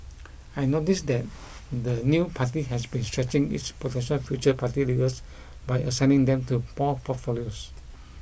I noticed that the new party has been stretching its potential future party leaders by assigning them to pore portfolios